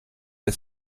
ist